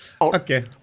okay